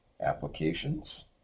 Applications